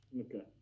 Okay